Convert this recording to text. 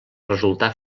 resultar